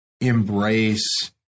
embrace